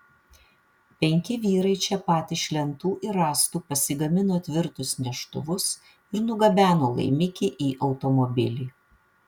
penki vyrai čia pat iš lentų ir rąstų pasigamino tvirtus neštuvus ir nugabeno laimikį į automobilį